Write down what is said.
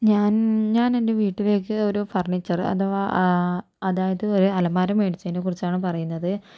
ഞാൻ ഞാനെൻ്റെ വീട്ടിലേക്ക് ഒരു ഫർണീച്ചറ് അഥവാ അതായത് ഒരു അലമാര മേടിച്ചതിനെക്കുറിച്ചാണ് പറയുന്നത്